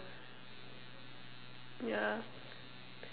ya